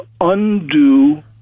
undo